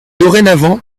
dorénavant